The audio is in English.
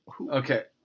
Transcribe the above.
Okay